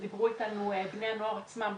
דברו אתנו גם בני הנוער עצמם,